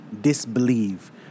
disbelieve